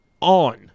on